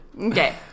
Okay